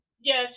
Yes